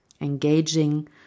engaging